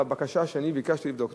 לבקשה שאני ביקשתי לבדוק.